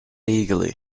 eagerly